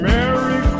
Merry